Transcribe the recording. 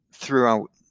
Throughout